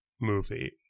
movie